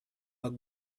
bug